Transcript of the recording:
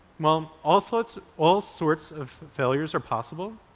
well, all sorts all sorts of failures are possible,